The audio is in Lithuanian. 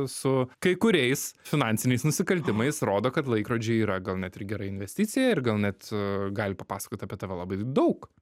su kai kuriais finansiniais nusikaltimais rodo kad laikrodžiai yra gal net ir gera investicija ir gal net gali papasakot apie tave labai daug